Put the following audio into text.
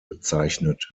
bezeichnet